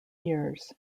years